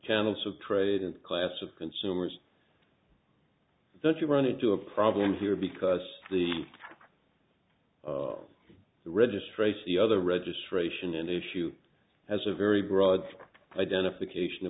channels of trade a class of consumers that you run into a problem here because the registration the other registration in issue has a very broad identification